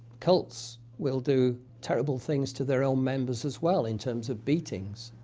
cults will do terrible things to their own members as well, in terms of beatings.